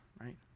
right